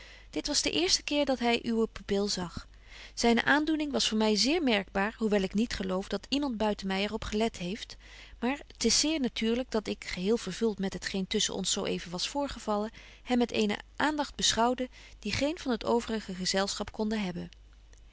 dit was de eerste keer dat hy uwe pupil zag zyne aandoening was voor my zeer merkbaar hoewel ik niet geloof dat iemand buiten my er op gelet heeft maar t is zeer natuurlyk dat ik geheel vervult met het geen tusschen ons zo even was voorgevallen hem met eenen aandagt beschouwde die geen van het overige gezelschap konde hebben